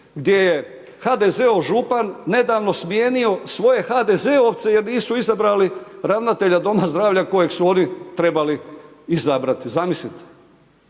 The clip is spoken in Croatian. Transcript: gdje je HDZ-ov župan nedavno smijenio svoje HDZ-ovce jer nisu izabrali ravnatelja doma zdravlja kojeg su oni trebali izabrati, zamislite.